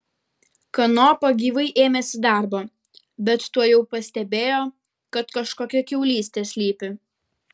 kanopa gyvai ėmėsi darbo bet tuojau pastebėjo kad kažkokia kiaulystė slypi